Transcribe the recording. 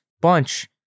Bunch